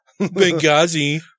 Benghazi